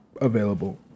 available